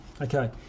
Okay